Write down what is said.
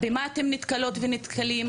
במה אתם נתקלות ונתקלים?